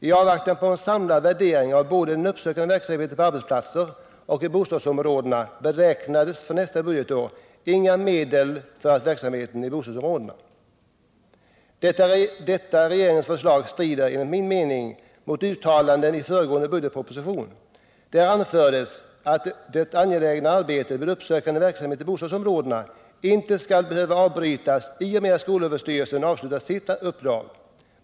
I avvaktan på en samlad värdering av den uppsökande verksamheten både på arbetsplatser och i bostadsområden beräknas för nästa budgetår inga medel för verksamheten i bostadsområdena. Detta regeringens förslag strider, enligt min mening, mot uttalandet i föregående budgetproposition. Där anfördes att den angelägna verksamheten med uppsökande verksamhet i bostadsområdena inte skall behöva avbrytas i och med att skolöverstyrelsen avslutar sitt uppdrag.